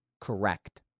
correct